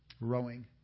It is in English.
rowing